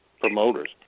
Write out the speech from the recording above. promoters